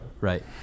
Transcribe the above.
Right